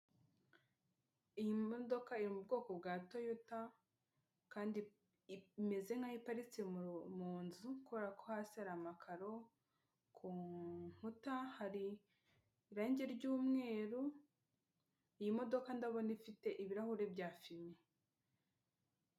Iyi modoka iri mu bwoko bwa toyota, kandi imeze nk'aho iparitse mu nzu kubera ko hasi hari amakaro. Ku nkuta hari irangi ry'umweru, iyi modoka ndabona ifite ibirahuri bya fime.